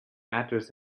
address